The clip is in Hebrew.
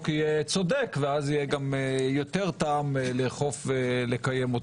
יהיה צודק ואז יהיה גם יותר טעם לאכוף ולקיימו.